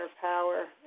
power